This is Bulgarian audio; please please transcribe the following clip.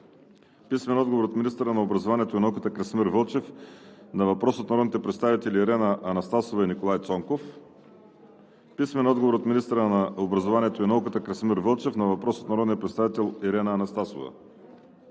Анастасова; – министъра на образованието и науката Красимир Вълчев на въпрос от народните представители Ирена Анастасова и Николай Цонков; – министъра на образованието и науката Красимир Вълчев на въпрос от народния представител Ирена Анастасова;